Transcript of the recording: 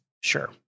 Sure